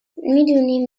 میدونی